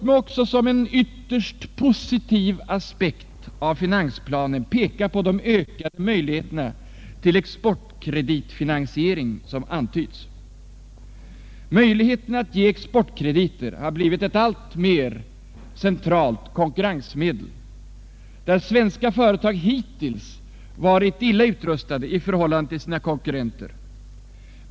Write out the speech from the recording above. Jag vill som en ytterst positiv aspekt av finansplanen peka på de ökade möjligheterna till exportkreditfinansiering som antytts. Möjligheten att ge exportkrediter har blivit ett alltmer centralt konkurrensmedel där svenska företag hiltills varit illa utrustade i förhållande till sina konkurrenter.